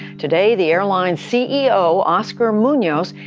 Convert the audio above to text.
today, the airline's ceo, oscar munoz,